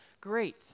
great